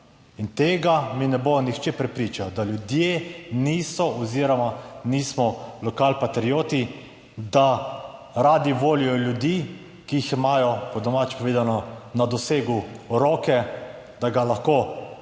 In tega mi ne bo nihče prepričal, da ljudje niso oziroma nismo lokalpatrioti, da radi volijo ljudi, ki jih imajo, po domače povedano, na dosegu roke, da ga lahko